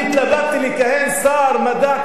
אני התלבטתי אם לכהן כשר מדע,